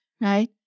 right